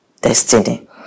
destiny